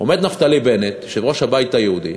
עומד נפתלי בנט, יושב-ראש הבית היהודי,